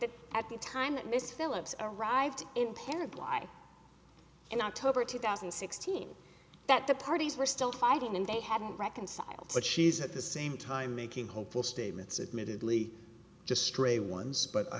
that at the time that mrs phillips arrived in paragliding in october two thousand and sixteen that the parties were still fighting and they hadn't reconciled but she's at the same time making hopeful statements admittedly just stray ones but i